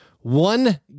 One